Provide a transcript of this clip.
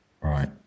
right